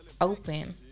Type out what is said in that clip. open